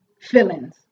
feelings